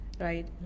right